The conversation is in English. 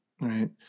right